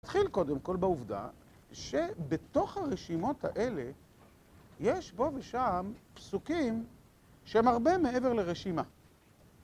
נתחיל קודם כל בעובדה שבתוך הרשימות האלה יש פה ושם פסוקים שהם הרבה מעבר לרשימה